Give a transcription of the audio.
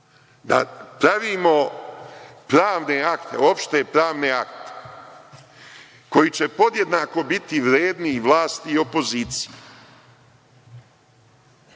Da pravimo opšte pravne akte koji će podjednako biti vredni i vlast i opozicija